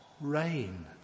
rain